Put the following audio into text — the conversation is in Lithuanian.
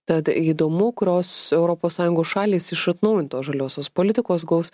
tad įdomu kurios europos sąjungos šalys iš atnaujintos žaliosios politikos gaus